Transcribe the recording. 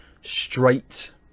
straight